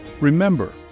Remember